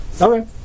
Okay